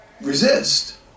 resist